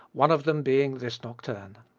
one of them being this nocturne.